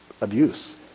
abuse